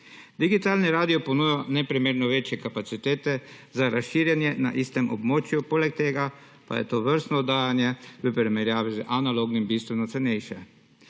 Digitalni radio ponuja neprimerno večje kapacitete za razširjanje na istem območju, poleg tega pa je tovrstno oddajanje v primerjavi z analognim bistveno cenejše.